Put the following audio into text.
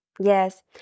Yes